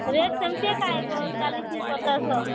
rate ସେମିତି ଏକା ଆଇବ ଚାଳିଶି ପଚାଶ